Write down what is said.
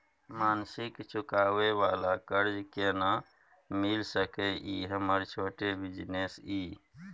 मासिक चुकाबै वाला कर्ज केना मिल सकै इ हमर छोट बिजनेस इ?